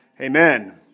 Amen